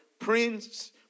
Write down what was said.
Prince